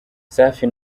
safi